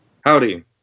Howdy